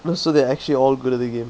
oh so they are actually all good at the game